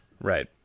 Right